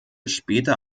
später